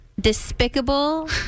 despicable